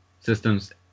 systems